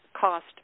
cost